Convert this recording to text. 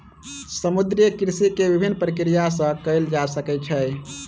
समुद्रीय कृषि के विभिन्न प्रक्रिया सॅ कयल जा सकैत छै